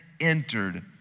entered